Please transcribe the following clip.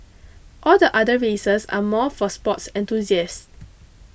all the other races are more for sports enthusiasts